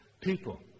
people